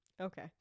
okay